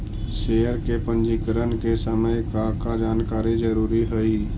share के पंजीकरण के समय का का जानकारी जरूरी हई